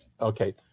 okay